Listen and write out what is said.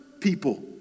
people